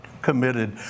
committed